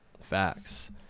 Facts